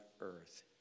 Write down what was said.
earth